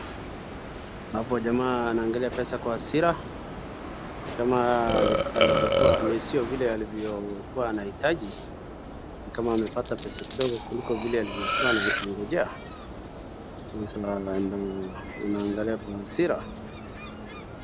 Hapo jamaa anangalia pesa kwa hasira, ni kama si vile aliyokuwa anahitaji